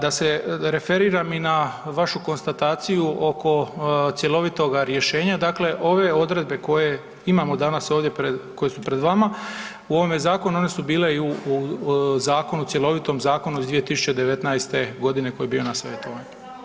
Da se referiram i na vašu konstataciju oko cjelovitoga rješenja, dakle ove odredbe koje imamo danas ovdje pred, koje su pred vama, u ovome zakonu one su bile i u zakonu, cjelovitom zakonu iz 2019.g. koji je bio na savjetovanju.